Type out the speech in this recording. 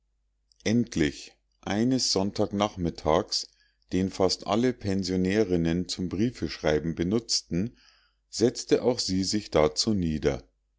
endlich eines sonntag nachmittags den fast alle pensionärinnen zum briefschreiben benutzten setzte auch sie sich dazu nieder